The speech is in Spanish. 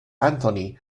anthony